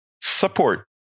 support